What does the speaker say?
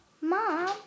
Mom